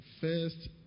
first